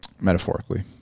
Metaphorically